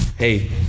Hey